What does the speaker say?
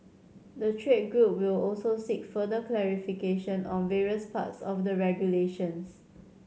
the trade group will also seek further clarification on various parts of the regulations